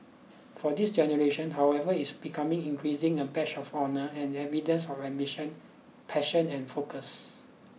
for this generation however it is becoming increasing a badge of honour and evidence of ambition passion and focus